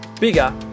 Bigger